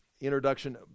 introduction